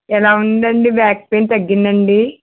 ఎలా ఉందండి back pain తగ్గిందాండి